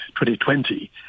2020